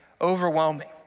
overwhelming